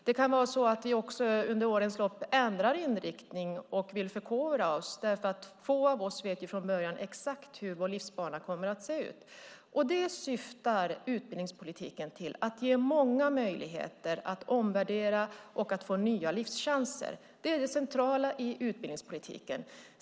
Det kan vara så att vi under årens lopp ändrar inriktning och vill förkovra oss, för få av oss vet ju från början exakt hur vår livsbana kommer att se ut. Det syftar utbildningspolitiken till: att ge många möjligheter att omvärdera och få nya livschanser. Det är det centrala i utbildningspolitiken.